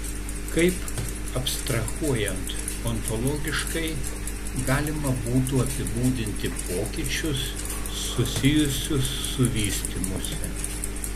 kaip abstrahuojant ontologiškai galima būtų apibūdinti pokyčius susijusius su vystymusi